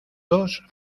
dos